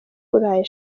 burayi